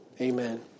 amen